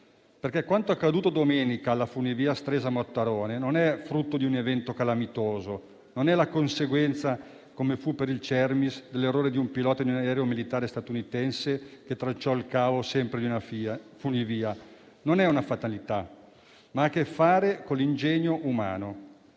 quanto accaduto domenica alla funivia Stresa-Mottarone non è frutto di un evento calamitoso, non è la conseguenza - come fu per la funivia del Cermis - dell'errore di un pilota di un aereo militare statunitense che ne tranciò il cavo. Non è una fatalità, ma ha a che fare con l'ingegno umano.